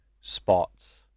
spots